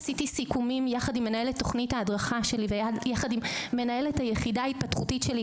יחד עם מנהלת תוכנית ההדרכה שלי ויחד עם מנהלת היחידה ההתפתחותית שלי,